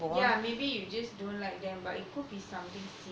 maybe you just don't like them but it could be something serious